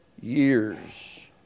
years